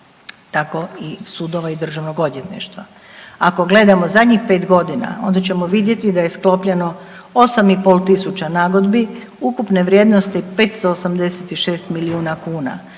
tako i sudova i DORH-a. Ako gledamo zadnjih 5 godina, onda ćemo vidjeti da je sklopljeno 8 i pol tisuća nagodbi ukupne vrijednosti 586 milijuna kuna.